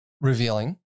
revealing